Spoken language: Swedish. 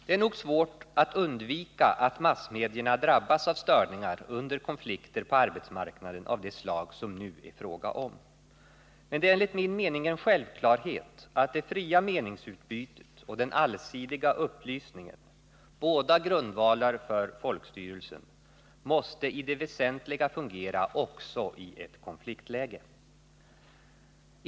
Det är nog svårt att undvika att massmedierna drabbas av störningar under konflikter på arbetsmarknaden av det slag som det nu är fråga om. Men det är enligt min mening en självklarhet att det fria meningsutbytet och den allsidiga upplysningen — båda grundvalar för folkstyrelsen — måste i det väsentliga fungera också i ett konfliktläge.